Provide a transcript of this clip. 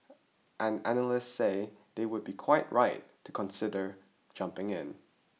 and analysts say they would be quite right to consider jumping in